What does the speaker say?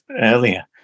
earlier